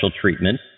treatment